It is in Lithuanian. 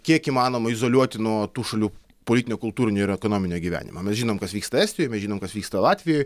kiek įmanoma izoliuoti nuo tų šalių politinio kultūrinio ir ekonominio gyvenimo mes žinom kas vyksta estijoj mes žinom kas vyksta latvijoj